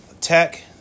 tech